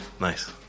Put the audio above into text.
nice